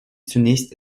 zunächst